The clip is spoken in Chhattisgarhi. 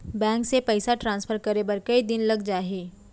बैंक से पइसा ट्रांसफर करे बर कई दिन लग जाही?